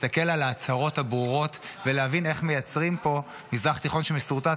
להסתכל על ההצהרות הברורות ולהבין איך מייצרים פה מזרח תיכון שמסורטט